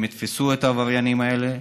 שהם יתפסו את העבריינים האלה,